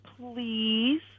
please